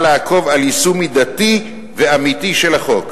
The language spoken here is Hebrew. לעקוב על יישום מידתי ואמיתי של החוק.